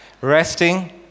resting